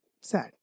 sad